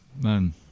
man